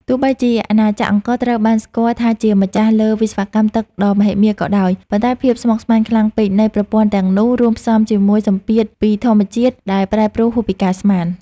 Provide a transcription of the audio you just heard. ទោះបីជាអាណាចក្រអង្គរត្រូវបានស្គាល់ថាជាម្ចាស់លើវិស្វកម្មទឹកដ៏មហិមាក៏ដោយ ប៉ុន្តែភាពស្មុគស្មាញខ្លាំងពេកនៃប្រព័ន្ធទាំងនោះ រួមផ្សំជាមួយសម្ពាធពីធម្មជាតិដែលប្រែប្រួលហួសពីការស្មាន។